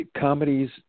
comedies